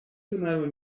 donava